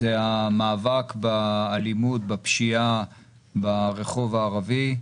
הוא המאבק באלימות ובפשיעה ברחוב הערבי.